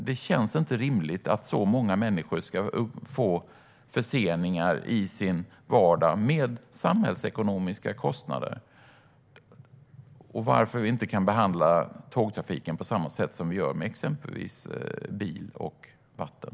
Det känns inte rimligt att så många människor ska få förseningar i sin vardag med samhällsekonomiska kostnader. Varför kan vi inte behandla tågtrafiken på samma sätt som vi gör exempelvis med trafik med bil eller på vatten?